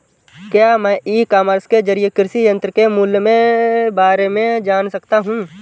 क्या मैं e commerce के ज़रिए कृषि यंत्र के मूल्य में बारे में जान सकता हूँ?